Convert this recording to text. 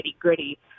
gritty